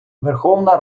верховна